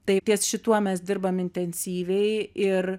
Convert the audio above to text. tai ties šituo mes dirbam intensyviai ir